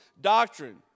doctrine